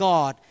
God